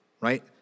right